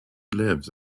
lives